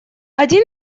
один